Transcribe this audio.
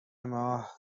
ماه